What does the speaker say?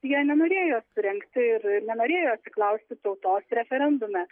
jie nenorėjo surengti ir nenorėjo atsiklausti tautos referendume